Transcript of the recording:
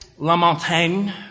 LaMontagne